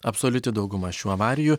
absoliuti dauguma šių avarijų